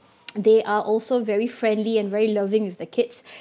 they are also very friendly and very loving with the kids